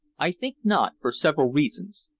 i think not, for several reasons.